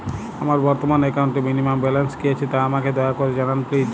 আমার বর্তমান একাউন্টে মিনিমাম ব্যালেন্স কী আছে তা আমাকে দয়া করে জানান প্লিজ